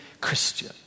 Christian